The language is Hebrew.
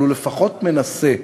אבל הוא לפחות מנסה.